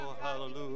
hallelujah